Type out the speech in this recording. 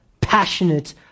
passionate